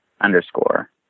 underscore